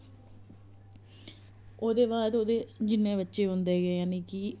ओह्दे बाद ओह्दे जि'न्ने बच्चे होंदे गे यानि कि